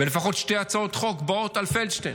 ולפחות שתי הצעות חוק באות על פלדשטיין,